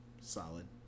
solid